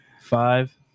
Five